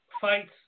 fights